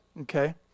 Okay